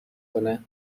کنه